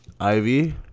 Ivy